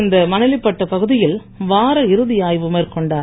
இன்று மணலிப்பட்டு பகுதியில் வார இறுதி ஆய்வு மேற்கொண்டார்